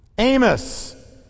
amos